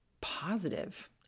positive